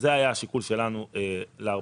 וזה היה השיקול שלנו ל-400,000.